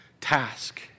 task